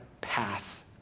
path